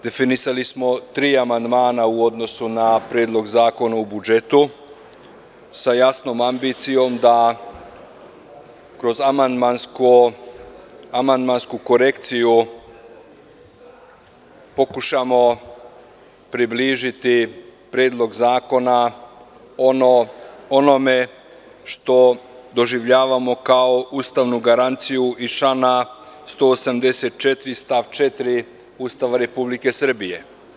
Definisali smo tri amandmana, u odnosu na Predlog zakona o budžetu, sa jasnom ambicijom da kroz amandmansku korekciju pokušamo približiti Predlog zakona onome što doživljavamo kao ustavnu garanciju iz člana 184. stav 4. Ustava Republike Srbije.